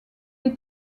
est